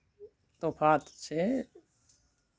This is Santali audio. ᱛᱚᱯᱷᱟᱛ ᱥᱮ